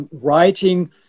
writing